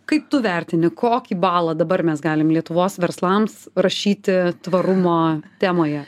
kaip tu vertini kokį balą dabar mes galim lietuvos verslams rašyti tvarumo temoje